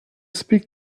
speak